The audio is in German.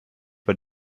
bei